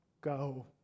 go